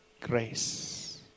grace